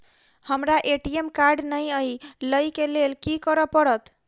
हमरा ATM card नै अई लई केँ लेल की करऽ पड़त?